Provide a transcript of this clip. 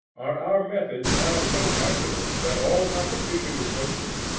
are our methods now so excellent that all competition is hopeless?